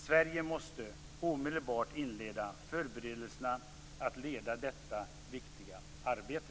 Sverige måste omedelbart inleda förberedelserna att leda detta viktiga arbete.